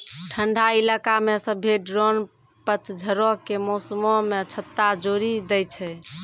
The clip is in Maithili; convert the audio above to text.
ठंडा इलाका मे सभ्भे ड्रोन पतझड़ो के मौसमो मे छत्ता छोड़ि दै छै